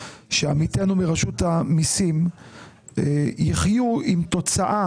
שעמיתינו מרשות המיסים יחיו עם תוצאה